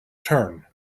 turn